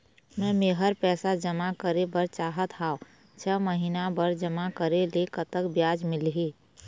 मे मेहर पैसा जमा करें बर चाहत हाव, छह महिना बर जमा करे ले कतक ब्याज मिलही?